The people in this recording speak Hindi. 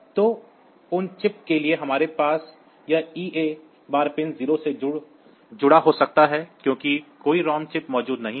तो उन चिप्स के लिए हमारे पास यह ईए बार पिन 0 से जुड़ा हो सकता है क्योंकि कोई रॉम चिप मौजूद नहीं है